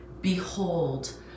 behold